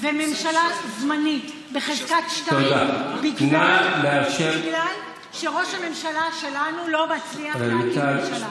וממשלה זמנית בחזקת שתיים בגלל שראש הממשלה שלנו לא מצליח להקים ממשלה,